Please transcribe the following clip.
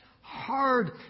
hard